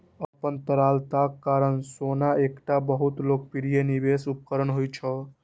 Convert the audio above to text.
अपन तरलताक कारण सोना एकटा बहुत लोकप्रिय निवेश उपकरण होइ छै